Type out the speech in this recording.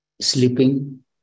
sleeping